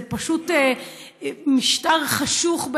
זה פשוט משטר חשוך,